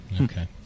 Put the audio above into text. Okay